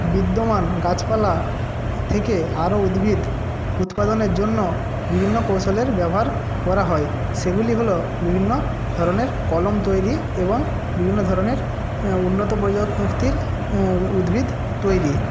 বিদ্যমান গাছপালা থেকে আরও উদ্ভিদ উৎপাদনের জন্য বিভিন্ন কৌশলের ব্যবহার করা হয় সেগুলি হলো বিভিন্ন ধরণের কলম তৈরি এবং বিভিন্ন ধরণের উন্নত প্রজাতির উদ্ভিদ তৈরি